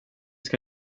ska